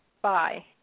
Bye